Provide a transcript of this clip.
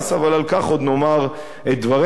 אבל על כך עוד נאמר את דברנו,